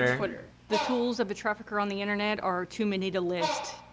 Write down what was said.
twitter. the tools of the trafficker on the internet are too many to list.